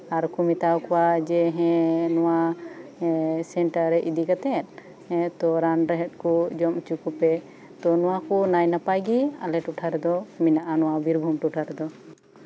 ᱟᱨ ᱠᱚ ᱢᱮᱛᱟᱣᱟᱠᱚᱣᱟ ᱦᱮᱸ ᱱᱚᱣᱟ ᱥᱮᱱᱴᱟᱨ ᱨᱮ ᱤᱫᱤ ᱠᱟᱛᱮ ᱨᱟᱱ ᱨᱮᱦᱮᱫ ᱠᱚ ᱡᱚᱢ ᱦᱚᱪᱚ ᱠᱚᱯᱮ ᱛᱚ ᱱᱚᱣᱟ ᱠᱚ ᱱᱟᱭᱼᱱᱟᱯᱟᱭ ᱜᱮ ᱟᱞᱮ ᱴᱚᱴᱷᱟ ᱨᱮᱫᱚ ᱢᱮᱱᱟᱜᱼᱟ ᱟᱞᱮ ᱵᱤᱨᱵᱷᱩᱢ ᱴᱚᱴᱷᱟ ᱨᱮᱫᱚ ᱢᱮᱱᱟᱜᱼᱟ ᱱᱚᱣᱟ ᱵᱤᱨᱵᱷᱩᱢ ᱴᱚᱴᱷᱟ ᱨᱮᱫᱚ